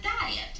diet